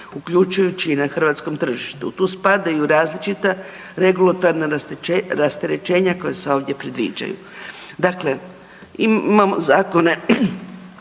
uključujući i na hrvatskom tržištu. Tu spadaju različita regulatorna rasterećenja koja se ovdje predviđaju. dakle, imamo zakone